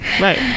Right